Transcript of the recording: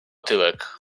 tyłek